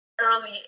early